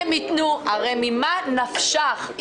ממה נפשך?